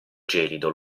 gelido